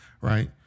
right